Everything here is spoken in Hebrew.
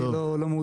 אני לא מעודכן,